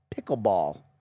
Pickleball